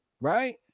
right